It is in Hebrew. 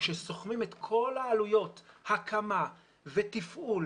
כשסוכמים את כל העלויות הקמה ותפעול